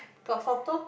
got photo